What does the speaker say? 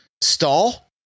stall